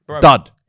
dud